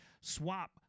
swap